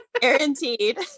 guaranteed